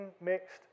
mixed